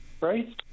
right